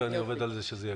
ואני עובד על זה שזה יגיע.